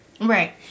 Right